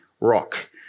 rock